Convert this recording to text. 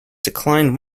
declined